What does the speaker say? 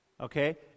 Okay